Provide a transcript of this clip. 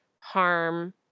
harm